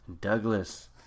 Douglas